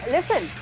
Listen